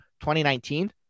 2019